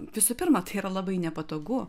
visų pirma tai yra labai nepatogu